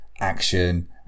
action